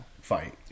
fight